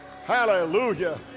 hallelujah